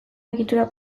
egitura